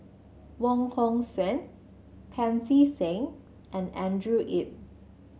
Wong Hong Suen Pancy Seng and Andrew Yip